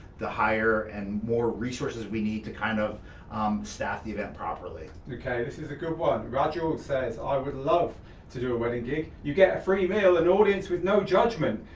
the higher and more resources we need to kind of staff the event properly. okay, this is a good one. rajul says, i would love to do a wedding gig. you get a free meal and audience with no judgment.